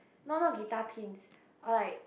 not not guitar pins or like